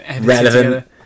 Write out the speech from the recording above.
relevant